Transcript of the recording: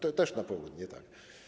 To też na południe, tak.